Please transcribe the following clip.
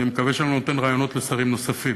אני מקווה שאני לא נותן רעיונות לשרים נוספים.